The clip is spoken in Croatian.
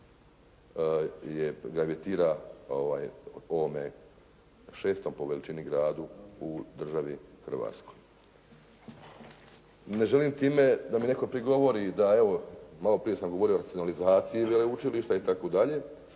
gravitira ovome šestom po veličini gradu u državi Hrvatskoj. Ne želim time da mi netko prigovori da evo, malo prije sam govorio o … veleučilišta itd. ali